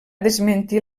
desmentir